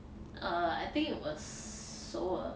uh I think it was 首尔